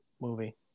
movie